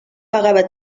pagava